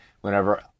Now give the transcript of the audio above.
whenever